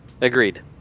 Agreed